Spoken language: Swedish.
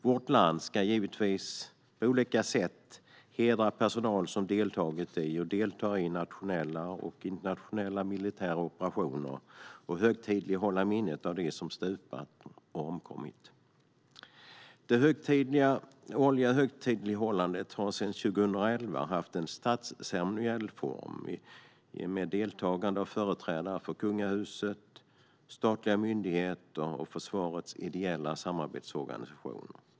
Vårt land ska givetvis på olika sätt hedra personal som har deltagit och som deltar i nationella och internationella militära operationer och högtidlighålla minnet av dem som har stupat och omkommit. Det årliga högtidlighållandet har sedan 2011 haft en statsceremoniell form med deltagande av företrädare för kungahuset, statliga myndigheter och försvarets ideella samarbetsorganisationer.